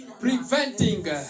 Preventing